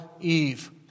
Eve